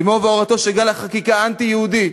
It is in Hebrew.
אמו והורתו של גל החקיקה האנטי-יהודי,